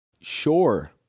Sure